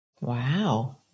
Wow